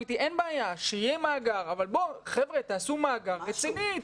שיהיה מאגר, אבל תעשו מאגר רציני.